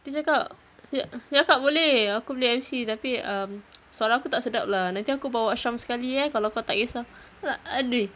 dia cakap d~ dia cakap boleh aku boleh emcee tapi um suara aku tak sedap lah nanti aku bawa sham sekali eh kalau kau tak kesah !aduh!